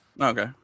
Okay